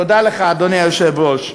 תודה לך, אדוני היושב-ראש.